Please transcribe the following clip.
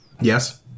yes